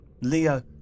Leo